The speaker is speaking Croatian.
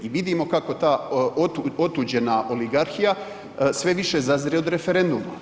I vidimo kako ta otuđena oligarhija sve više zazire od referenduma.